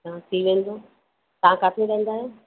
हा थी वेंदो तव्हां किथे रहंदा आहियो